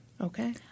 Okay